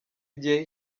igihe